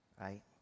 right